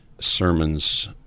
sermons